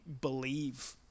believe